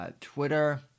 Twitter